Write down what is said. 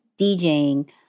DJing